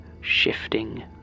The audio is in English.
shifting